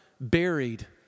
buried